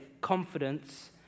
confidence